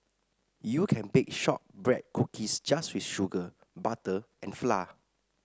you can bake shortbread cookies just with sugar butter and flour